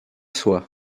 soi